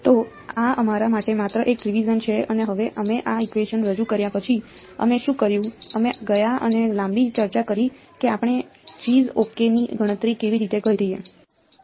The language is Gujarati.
તો આ તમારા માટે માત્ર એક રિવિઝન છે અને હવે અમે આ ઇકવેશન રજૂ કર્યા પછી અમે શું કર્યું અમે ગયા અને લાંબી ચર્ચા કરી કે આપણે gs ok ની ગણતરી કેવી રીતે કરીએ